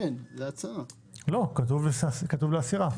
כתוב: להסירה.